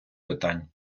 питань